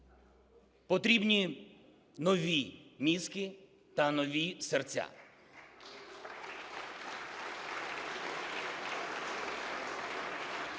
Потрібні нові мізки та нові серця.